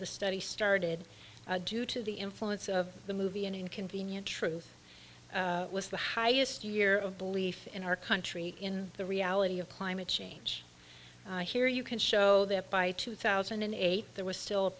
the study started due to the influence of the movie an inconvenient truth was the highest year of belief in our country in the reality of climate change here you can show that by two thousand and eight there was still